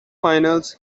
finals